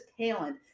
talent